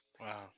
Wow